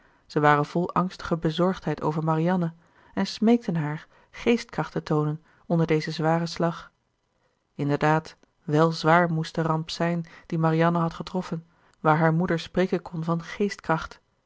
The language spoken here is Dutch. zij waren vol angstige bezorgdheid over marianne en smeekten haar geestkracht te toonen onder dezen zwaren slag inderdaad wèl zwaar moest de ramp zijn die marianne had getroffen waar haar moeder spreken kon van geestkracht